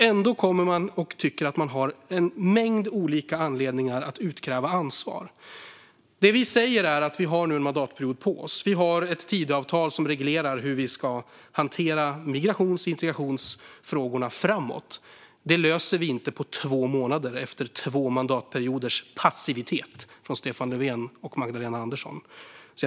Ändå kommer man och tycker att man har en mängd olika anledningar att utkräva ansvar. Det vi säger är att vi nu har en mandatperiod på oss. Vi har ett Tidöavtal som reglerar hur vi ska hantera migrations och integrationsfrågorna framåt. Det löser vi inte på två månader efter två mandatperioders passivitet från Stefan Löfven och Magdalena Andersson.